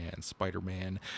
Spider-Man